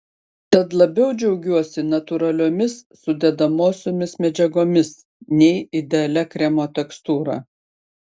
tad labiau džiaugiuosi natūraliomis sudedamosiomis medžiagomis nei idealia kremo tekstūra